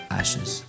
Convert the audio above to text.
ashes